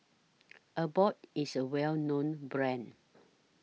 Abbott IS A Well known Brand